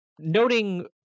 noting